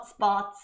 hotspots